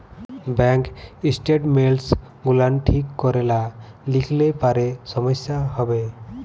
bank statements গুলান ঠিক ক্যরে লা লিখলে পারে সমস্যা হ্যবে